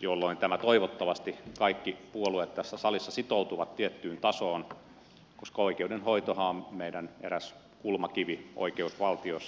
jolloin toivottavasti kaikki puolueet tässä salissa sitoutuvat tiettyyn tasoon koska oikeudenhoitohan on meidän eräs kulmakivi oikeusvaltiossa ja perusoikeus